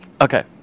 Okay